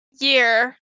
year